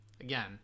Again